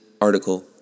article